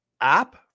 app